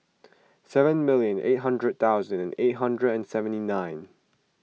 seven million eight hundred thousand eight hundred and seventy nine